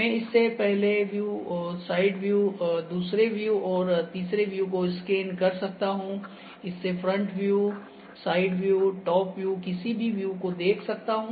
मैं इससे पहले व्यू साइड व्यू दूसरे व्यू और तीसरे व्यू को स्कैन कर सकता हूं इससे front view side view top view किसी भी व्यू को देख सकता हूं